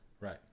Right